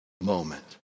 moment